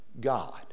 God